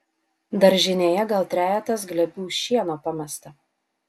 daržinėje gal trejetas glėbių šieno pamesta